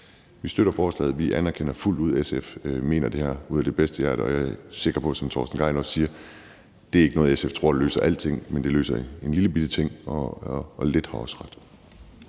Vi støtter forslaget. Vi anerkender fuldt ud, at SF gør det her af et godt bedste hjerte, og jeg tror, som Torsten Gejl også siger, at det ikke er noget, der løser alting, men det løser en lillebitte ting, og lidt har